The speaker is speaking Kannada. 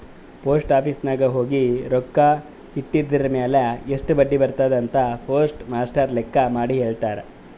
ಪೋಸ್ಟ್ ಆಫೀಸ್ ನಾಗ್ ಹೋಗಿ ರೊಕ್ಕಾ ಇಟ್ಟಿದಿರ್ಮ್ಯಾಲ್ ಎಸ್ಟ್ ಬಡ್ಡಿ ಬರ್ತುದ್ ಅಂತ್ ಪೋಸ್ಟ್ ಮಾಸ್ಟರ್ ಲೆಕ್ಕ ಮಾಡಿ ಹೆಳ್ಯಾರ್